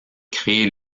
créée